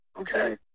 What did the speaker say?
Okay